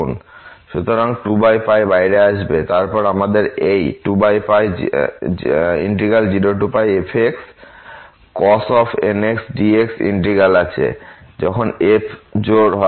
সুতরাং 2 বাইরে আসবে এবং তারপর আমাদের এই 20fxcos nx dx ইন্টিগ্র্যাল আছে যখন f জোড় হয়